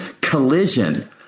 collision